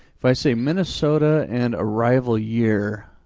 if i say minnesota and arrival year,